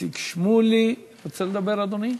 איציק שמולי, רוצה לדבר, אדוני?